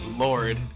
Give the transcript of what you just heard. Lord